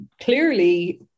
clearly